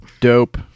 dope